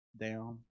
down